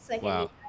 Wow